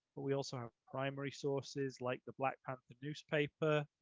but we also have primary sources like the black panther newspaper,